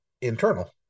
internal